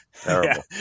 terrible